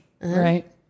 right